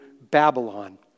Babylon